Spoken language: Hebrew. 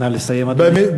נא לסיים, אדוני.